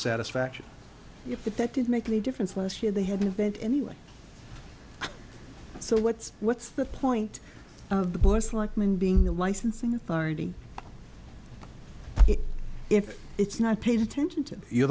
satisfaction if that did make any difference last year they had the bit anyway so what's what's the point of the bush like mine being the licensing authority if it's not paid attention to you